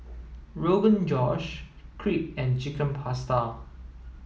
Rogan Josh Crepe and Chicken Pasta